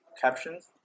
captions